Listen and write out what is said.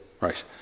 right